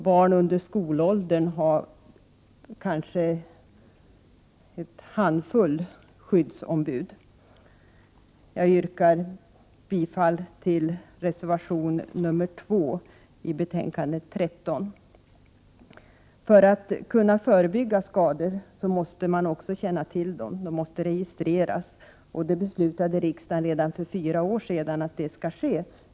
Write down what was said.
Barn under skolåldern har kanske en handfull skyddsombud. Jag yrkar bifall till reservation nr 2 i socialutskottets betänkande 13. För att man skall kunna förebygga skador måste man också känna till dem, de måste registreras. Riksdagen beslutade redan för fyra år sedan att detta skall ske.